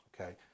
Okay